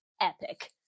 epic